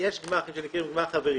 גמ"חים שנקראים גמ"ח חברים.